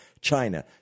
China